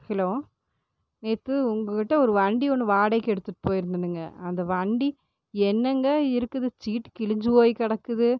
hello நேற்று உங்கள் கிட்ட ஒரு வண்டி ஒன்று வாடகைக்கு எடுத்துட்டு போயிருந்தேனுங்க அந்த வண்டி என்னங்க இருக்குது சீட் கிழிஞ்சு போய் கிடக்குது